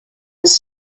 was